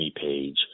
page